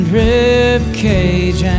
ribcage